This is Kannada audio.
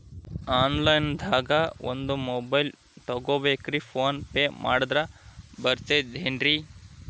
ಆನ್ಲೈನ್ ದಾಗ ಒಂದ್ ಮೊಬೈಲ್ ತಗೋಬೇಕ್ರಿ ಫೋನ್ ಪೇ ಮಾಡಿದ್ರ ಬರ್ತಾದೇನ್ರಿ?